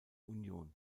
union